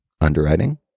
underwriting